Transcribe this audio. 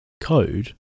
code